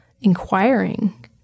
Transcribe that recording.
inquiring